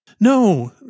No